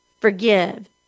forgive